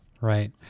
right